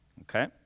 Okay